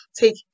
take